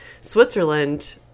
Switzerland